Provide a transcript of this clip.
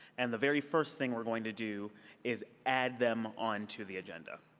and the very first thing we're going to do is add them onto the agenda.